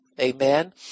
Amen